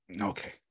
Okay